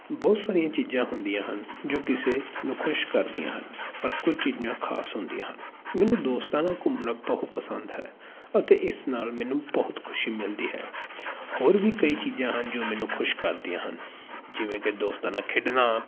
ਬਹੁਤ ਸਾਰੀਆਂ ਚੀਜ਼ਾਂ ਹੁੰਦੀਆਂ ਹਨ ਜੋ ਕਿਸੇ ਨੂੰ ਖੁਸ਼ ਕਰਦੀਆਂ ਹਨ ਪਰ ਕੁਝ ਚੀਜ਼ਾਂ ਖਾਸ ਹੁੰਦੀਆਂ ਹਨ ਮੈਨੂੰ ਦੋਸਤਾਂ ਨਾਲ ਘੁੰਮਣਾ ਬਹੁਤ ਪਸੰਦ ਹੈ ਅਤੇ ਇਸ ਨਾਲ ਮੈਨੂੰ ਬਹੁਤ ਖੁਸ਼ੀ ਮਿਲਦੀ ਹੈ ਹੋਰ ਵੀ ਕਈ ਚੀਜ਼ਾਂ ਹਨ ਜੋ ਮੈਨੂੰ ਖੁਸ਼ ਕਰਦੀਆਂ ਹਨ ਜਿਵੇਂ ਕਿ ਦੋਸਤਾਂ ਨਾਲ ਖੇਡਣਾ